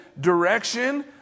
direction